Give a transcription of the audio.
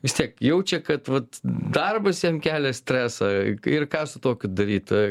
vis tiek jaučia kad vat darbas jam kelia stresą ir ką su tokiu daryt